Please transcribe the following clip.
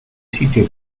sitio